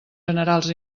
generals